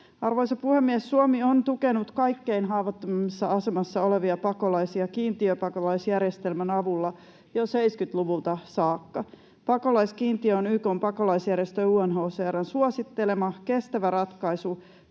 Arvoisa puhemies! Suomi on tukenut kaikkein haavoittuvimmassa asemassa olevia pakolaisia kiintiöpakolaisjärjestelmän avulla jo 70-luvulta saakka. Pakolaiskiintiö on YK:n pakolaisjärjestö UNHCR:n suosittelema kestävä ratkaisu